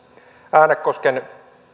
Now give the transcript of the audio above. äänekosken